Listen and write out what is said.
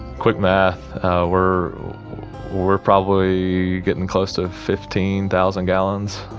quick math. we're we're probably getting close to fifteen thousand gallons.